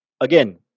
again